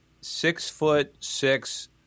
six-foot-six